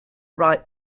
right